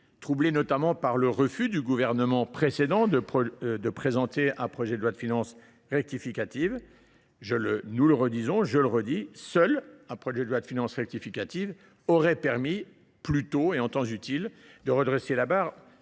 troublée notamment par le refus du gouvernement précédent de présenter un projet de loi de finances rectificative. Nous le redisons, je le redis, seul un PLFR aurait permis, plus tôt et en temps utile, de redresser la barre